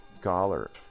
scholar